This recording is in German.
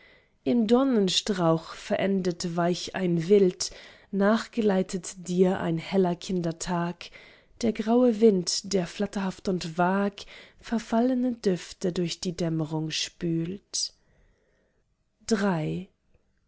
im dornenstrauch verendet weich ein wild nachgleitet dir ein heller kindertag der graue wind der flatterhaft und vag verfallne düfte durch die dämmerung spült